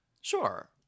Sure